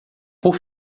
por